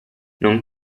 non